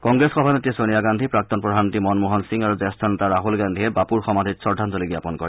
কংগ্ৰেছ সভানেত্ৰী ছনিয়া গান্ধী প্ৰাক্তন প্ৰধানমন্ত্ৰী মনমোহন সিং আৰু জ্যেষ্ঠ নেতা ৰাখল গান্ধীয়ে বাপুৰ সমাধিত শ্ৰদ্ধাঞ্জলি জ্ঞাপন কৰে